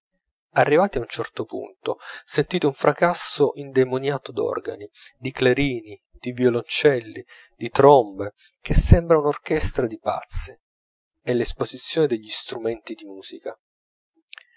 arrivati a un certo punto sentite un fracasso indemoniato d'organi di clarini di violoncelli di trombe che sembra un'orchestra di pazzi è l'esposizione degli strumenti di musica